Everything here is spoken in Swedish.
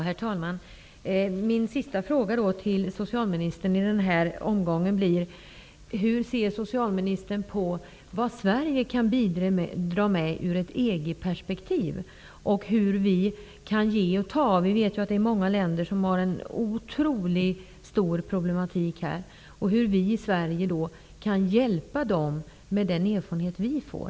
Herr talman! Mina sista frågor till socialministern i den här omgången blir: Hur ser socialministern på vad Sverige kan bidra med ur ett EG-perspektiv och hur vi kan ge och ta? Vi vet ju att det är många länder som har en otroligt stor problematik här, hur kan vi i Sverige hjälpa dem med den erfarenhet vi får?